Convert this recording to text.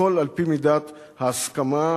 הכול על-פי מידת ההסכמה,